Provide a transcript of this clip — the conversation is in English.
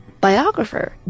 Biographer